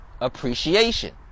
appreciation